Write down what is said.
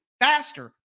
faster